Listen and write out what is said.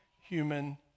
human